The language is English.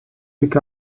pick